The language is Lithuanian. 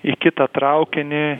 į kitą traukinį